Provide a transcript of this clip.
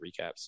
recaps